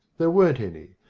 there weren't any.